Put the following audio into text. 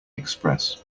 express